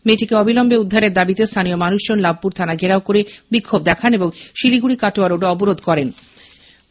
মেয়েটিকে অবিলম্বে উদ্ধারের দাবিতে স্থানীয় মানুষজন লাভপুর থানা ঘেরাও করে বিক্ষোভ দেখায় এবং সিউড়ি কাটোয়া রোডও অবরোধ করে রাখে